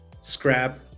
scrap